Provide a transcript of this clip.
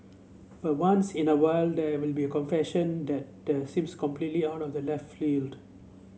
but once in a while there will be a confession that that seems come completely out of left field